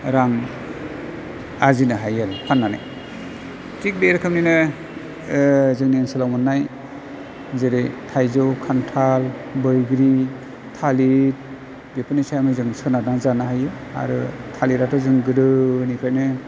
रां आरजिनो हायो आरो फाननानै थिग बे रोखोमनिनो जोंनि ओनसोलाव मोननाय जेरै थाइजौ खान्थाल बैग्रि थालिर बिफोरनि सायावनो जों सोनारना जानो हायो आरो थालिराथ' जों गोदोनिफ्रायनो